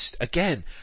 again